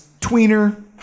tweener